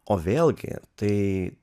o vėlgi tai